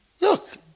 Look